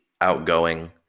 outgoing